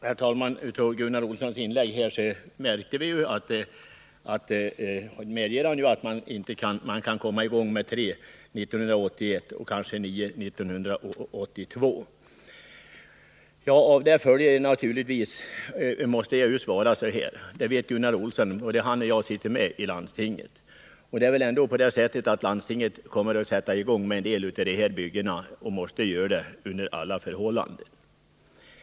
Herr talman! Gunnar Olsson medgav i sitt inlägg att man kan komma i gång med tre projekt 1981 och kanske nio år 1982. Både Gunnar Olsson och jag sitter i landstinget. Det är väl ändå så att landstinget kommer att sätta i gång med en del av de här byggena — och måste göra det — under alla förhållanden.